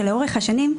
שלאורך השנים,